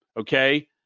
Okay